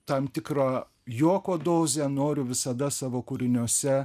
tam tikrą juoko dozę noriu visada savo kūriniuose